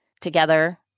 together